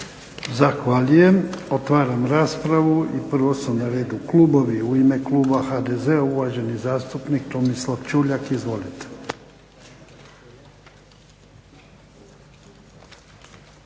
Zahvaljujem. Otvaram raspravu. Prvo su na redu klubovi. U ime kluba HDZ-a, uvaženi zastupnik Tomislav Čuljak. Izvolite.